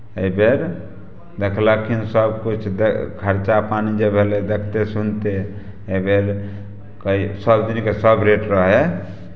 एहि बेर देखलखिन सभकिछु दे खर्चा पानि जे भेलै देखिते सुनिते एहि बेर कइ सभ दिनके सभ रेट रहैत हइ